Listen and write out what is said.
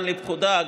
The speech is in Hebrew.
לפקודה.